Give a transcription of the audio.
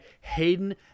Hayden